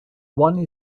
one